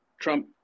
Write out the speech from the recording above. Trump